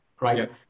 right